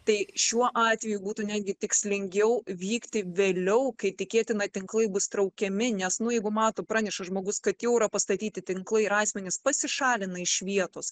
tai šiuo atveju būtų netgi tikslingiau vykti vėliau kai tikėtina tinklai bus traukiami nes nu jeigu mato praneša žmogus kad jau yra pastatyti tinklai ir asmenys pasišalina iš vietos